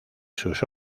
sus